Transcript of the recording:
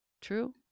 True